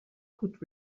could